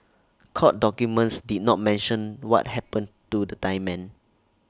court documents did not mention what happened to the Thai men